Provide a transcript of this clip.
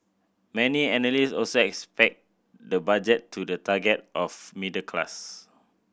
many analyst also expect the budget to the target of middle class